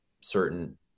certain